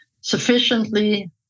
sufficiently